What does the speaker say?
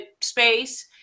space